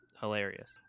hilarious